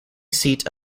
seat